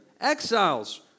exiles